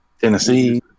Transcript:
Tennessee